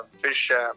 fish